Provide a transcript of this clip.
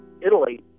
Italy